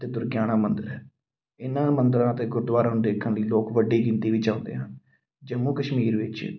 ਅਤੇ ਦੁਰਗਿਆਣਾ ਮੰਦਿਰ ਹੈ ਇਹਨਾਂ ਮੰਦਿਰਾਂ ਅਤੇ ਗੁਰਦੁਆਰਿਆਂ ਨੂੰ ਦੇਖਣ ਲਈ ਲੋਕ ਵੱਡੀ ਗਿਣਤੀ ਵਿੱਚ ਆਉਂਦੇ ਆ ਜੰਮੂ ਕਸ਼ਮੀਰ ਵਿੱਚ